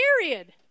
Period